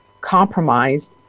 compromised